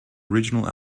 original